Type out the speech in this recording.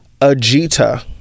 Ajita